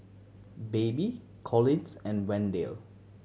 Baby Collins and Wendell